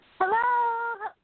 Hello